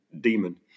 demon